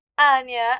Anya